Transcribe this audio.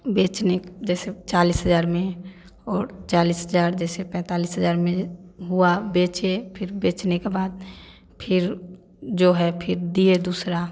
बेचे जैसे चालिस हज़ार में और चालिस हज़ार जैसे पैंतालिस हज़ार में हुआ बेचे फिर बेचने के बाद फिर जो है फिर दिए दूसरा